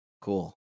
Cool